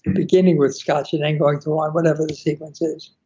and beginning with scotch, and then going to one, whatever the sequence is.